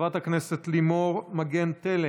חברת הכנסת לימור מגן תלם,